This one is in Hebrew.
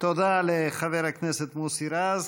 תודה לחבר הכנסת מוסי רז.